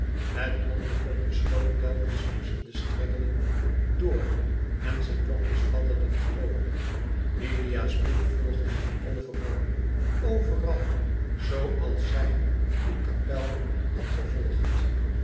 het blonde kopje schoot telkens tusschen de stengelen door en zijn lokjes fladderden vroolijk milia's bhk volgde hem overal overal zoo als zij een kapel had gevolgd